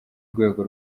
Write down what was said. rwego